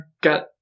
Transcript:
got